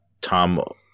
Tom